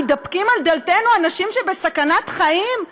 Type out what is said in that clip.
מתדפקים על דלתנו אנשים בסכנת חיים,